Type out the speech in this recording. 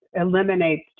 eliminates